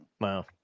Wow